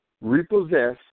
repossess